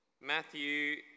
Matthew